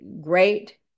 great